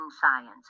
science